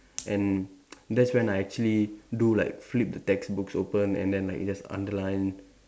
and that's when I actually do like flip the textbooks open and then like just underline